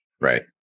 Right